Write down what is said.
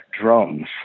drums